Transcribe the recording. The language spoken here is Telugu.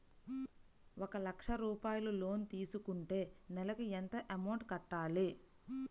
ఒక లక్ష రూపాయిలు లోన్ తీసుకుంటే నెలకి ఎంత అమౌంట్ కట్టాలి?